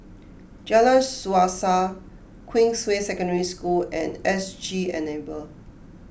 Jalan Suasa Queensway Secondary School and S G Enable